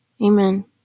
Amen